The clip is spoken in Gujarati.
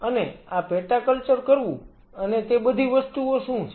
અને આ પેટા કલ્ચર કરવું અને તે બધી વસ્તુઓ શું છે